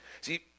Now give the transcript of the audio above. See